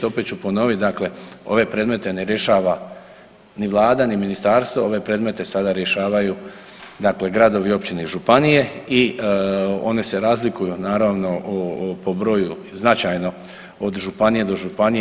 Opet ću ponoviti, dakle ove predmete ne rješava ni vlada, ni ministarstvo, ove predmete sada rješavaju dakle gradovi, općine i županije i one se razlikuju naravno po broju i značajno od županije do županije.